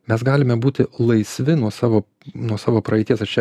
mes galim būti laisvi nuo savo nuo savo praeities aš čia